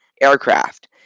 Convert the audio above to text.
aircraft